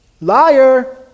liar